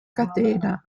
catena